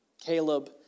Caleb